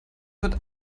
wird